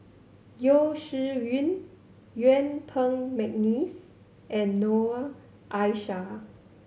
Yeo Shih Yun Yuen Peng McNeice and Noor Aishah